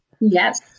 Yes